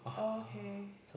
okay